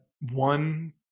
one